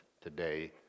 today